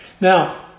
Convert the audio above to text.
Now